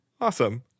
Awesome